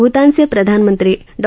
भूतानच प्रधानमंत्री डॉ